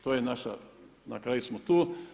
To je naša, na kraju smo tu.